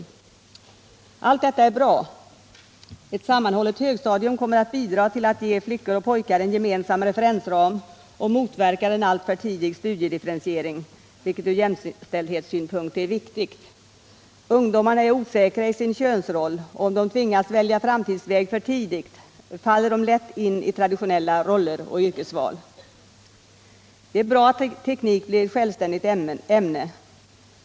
Allt detta är bra. Ett sammanhållet högstadium kommer att bidra till att ge flickor och pojkar en gemensam referensram samtidigt som det motverkar en alltför tidig studiedifferentiering, vilket från jämställdhetssynpunkt är viktigt. Ungdomarna är osäkra med sin könsroll, och om de tvingas välja framtidsväg för tidigt faller de lätt in i traditionella roller och yrkesval. Det är bra att teknik blir ett självständigt ämne.